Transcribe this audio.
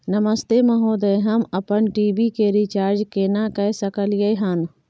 नमस्ते महोदय, हम अपन टी.वी के रिचार्ज केना के सकलियै हन?